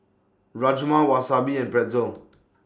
Rajma Wasabi and Pretzel